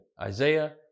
Isaiah